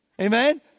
Amen